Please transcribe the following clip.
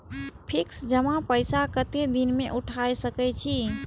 Fix जमा पैसा कतेक दिन में उठाई सके छी?